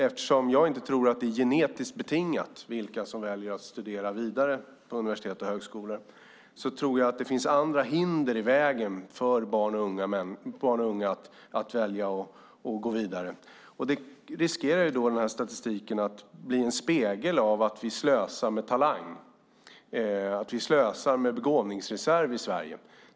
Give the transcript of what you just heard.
Eftersom jag inte tror att det är genetiskt betingat vilka som väljer att studera vidare vid universitet och högskolor tror jag att det finns andra hinder för barn och unga att välja att gå vidare. Det finns en risk att statistiken är en spegel av att vi slösar med talang, att vi slösar med en begåvningsreserv i Sverige.